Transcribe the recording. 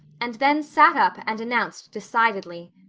and then sat up and announced decidedly,